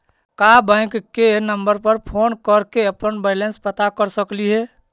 का बैंक के नंबर पर फोन कर के अपन बैलेंस पता कर सकली हे?